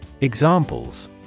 Examples